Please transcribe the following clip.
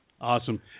Awesome